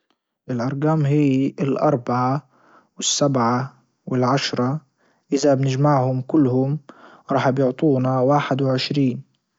الارجام هي الاربعة والسبعة والعشرة اذا بنجمعهم كلهم رح بيعطونا واحد وعشرين.